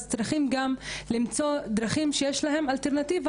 אז אנחנו צריכים גם למצוא דרכים שיש להם אלטרנטיבה,